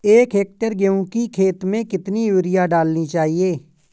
एक हेक्टेयर गेहूँ की खेत में कितनी यूरिया डालनी चाहिए?